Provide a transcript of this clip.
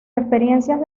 experiencias